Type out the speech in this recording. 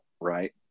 right